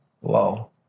Wow